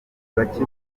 bake